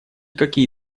какие